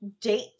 date